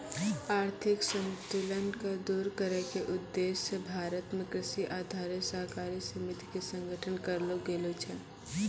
आर्थिक असंतुल क दूर करै के उद्देश्य स भारत मॅ कृषि आधारित सहकारी समिति के गठन करलो गेलो छै